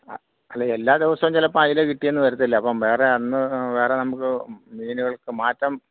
ആ അല്ല എല്ലാ ദിവസവും ചിലപ്പോൾ അയില കിട്ടിയെന്ന് വരത്തില്ല അപ്പം വേറെ അന്ന് വേറെ നമുക്ക് മീനുകൾക്ക് മാറ്റം